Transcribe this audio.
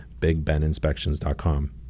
bigbeninspections.com